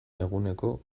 eguneko